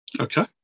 Okay